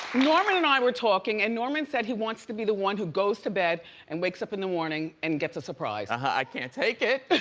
norman and i were talking and norman said he wants to be the one who goes to bed and wakes up in the morning and gets a surprise. uh-huh, i can't take it.